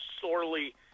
sorely